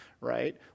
right